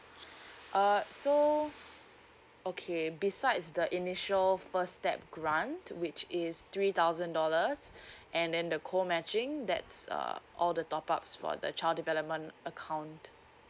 uh so okay besides the initial first step grant which is three thousand dollars and then the co matching that's uh all the top up for the child development account